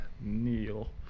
Neil